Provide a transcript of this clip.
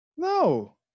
No